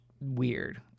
weird